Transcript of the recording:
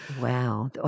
Wow